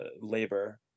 labor